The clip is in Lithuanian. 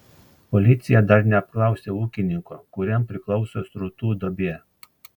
policija dar neapklausė ūkininko kuriam priklauso srutų duobė